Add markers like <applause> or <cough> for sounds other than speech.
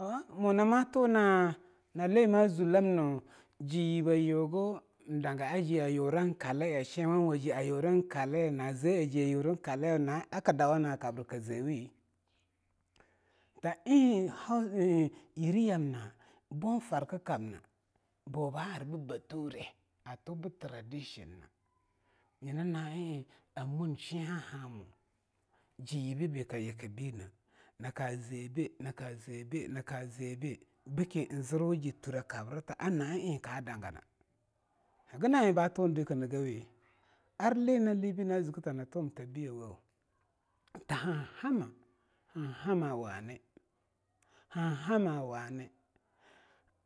Ooo muna matuna na mazwe lamnu jiyibei ayugin ndanga aji ayurin kali'a, shenwu waje ayurin kali'a, na ze aje ayurin kali'a gade ak dawa na kabra klzewi? ta eing hu <hesitation> yiryamna bofarkkamna, bo ba ar b bature ato btradition na nyina na'a eing a monshen hahamo jiyi habi kyikbine na ka zebei, na kazebei, na kazebei bke bken zirwuji turekabrta a na'a eing kadangana hagna eing ba tundikei ngawi? Ar lina libei na zke ta ntuwam ta biyawo, ta hanhama, hanhuma wani, han hama wani,